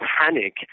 panic